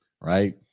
right